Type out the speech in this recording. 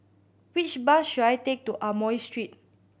which bus should I take to Amoy Street